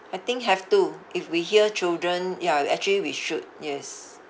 I think have to if we hear children ya actually we should yes